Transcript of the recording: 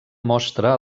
mostra